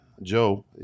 Joe